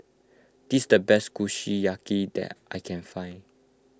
this is the best Kushiyaki that I can find